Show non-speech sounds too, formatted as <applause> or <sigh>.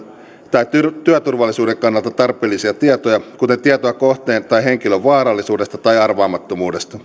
tai työturvallisuuden kannalta tarpeellisia tietoja kuten tietoa kohteen tai henkilön vaarallisuudesta tai arvaamattomuudesta <unintelligible>